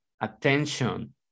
attention